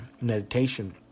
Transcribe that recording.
meditation